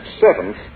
seventh